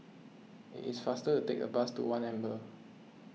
it is faster to take the bus to one Amber